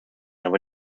aber